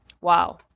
Wow